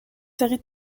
série